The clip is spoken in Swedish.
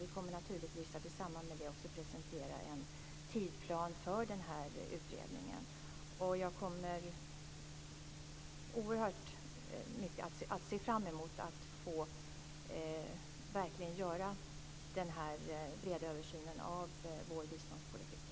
Vi kommer naturligtvis att i samband med det presentera en tidsplan för utredningen. Jag ser fram emot att få göra den breda översynen av vår biståndspolitik.